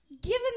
Given